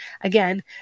Again